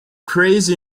crazy